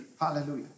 Hallelujah